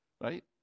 Right